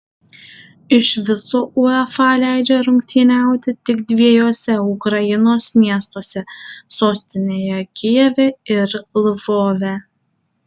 iš viso uefa leidžia rungtyniauti tik dviejuose ukrainos miestuose sostinėje kijeve ir lvove